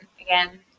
Again